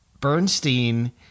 Bernstein